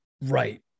right